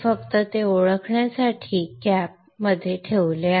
मी फक्त ते ओळखण्यासाठी कॅप कॅपमध्ये ठेवले